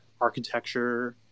architecture